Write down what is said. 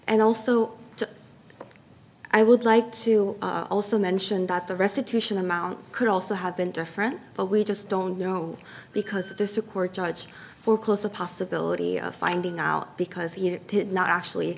and also to i would like to also mention that the restitution amount could also have been different but we just don't know because there's a court judge foreclose the possibility of finding out because he did not actually